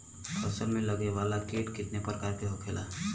फसल में लगे वाला कीट कितने प्रकार के होखेला?